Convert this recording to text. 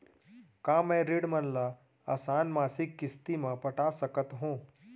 का मैं ऋण मन ल आसान मासिक किस्ती म पटा सकत हो?